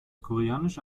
koreanische